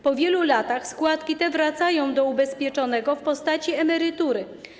Po wielu latach składki te wracają do ubezpieczonego w postaci emerytury.